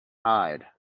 hide